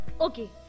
Okay